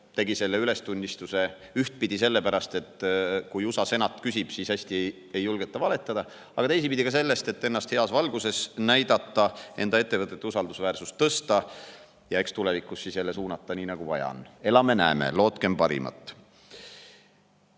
tegi selle ülestunnistuse sellepärast, et kui USA Senat küsib, siis hästi ei julgeta valetada, aga samas ka selleks, et ennast heas valguses näidata, enda ettevõtete usaldusväärsust tõsta ja eks tulevikus siis jälle suunata nii, nagu vaja on. Elame, näeme. Lootkem parimat!